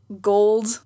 gold